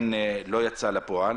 לא יצא לפועל